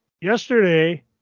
yesterday